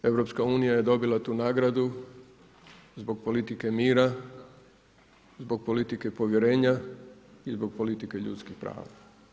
EU je dobila tu nagradu zbog politike mira, zbog politike povjerenja i zbog politike ljudskih prava.